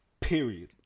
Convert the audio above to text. Period